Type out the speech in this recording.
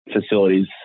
facilities